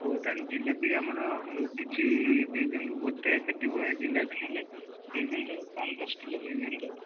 ହଉ ତାହେଲେ ଜିଲାପି ଆମର ଆଉ କିଛି ଦେଇଦିଅନ୍ତୁ ଗୋଟେ ପେଟି ଭଳିଆ ଜିଲାପି ନହେଲେ ଦେଇଦିଅନ୍ତୁ ପାଞ୍ଚ ଦଶ କିଲୋ ଦେଇଦିଅନ୍ତୁ ଆଉ